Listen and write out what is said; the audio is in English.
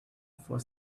for